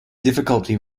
difficulty